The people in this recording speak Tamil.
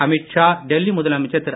அமித் ஷா டெல்லி முதலமைச்சர் திரு